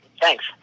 Thanks